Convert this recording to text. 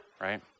right